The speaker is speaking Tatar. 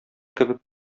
кебек